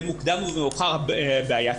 במוקדם ובמאוחר הבעיה תיפתר.